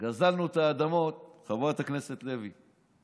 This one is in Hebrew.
גזלנו את האדמות, חברת הכנסת לוי.